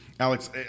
Alex